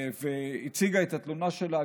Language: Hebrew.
הציגה את התלונה שלה,